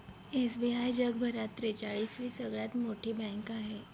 SBI जगभरात त्रेचाळीस वी सगळ्यात मोठी बँक आहे